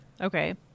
okay